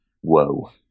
whoa